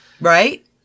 Right